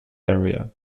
area